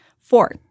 Four